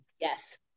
Yes